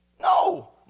No